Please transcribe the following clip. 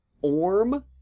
Orm